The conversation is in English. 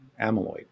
amyloid